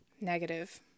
Negative